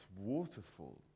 waterfall